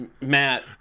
Matt